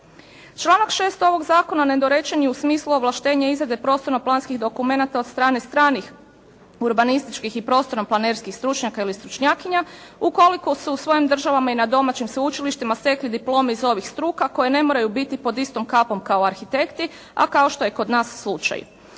Članak 6. ovog zakona nedorečen je u smislu ovlaštenje izrade prostorno-planskih dokumenata od strane stranih urbanističkih i prostorno-planerskih stručnjaka ili stručnjakinja ukoliko su u svojim državama i na domaćim sveučilištima stekli diplome iz ovih struka koje ne moraju biti pod istom kapom kao arhitekti a kao što je kod nas slučaj.